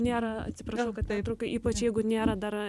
nėra atsiprašau kad pertraukiau ypač jeigu nėra dar